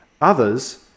Others